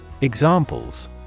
Examples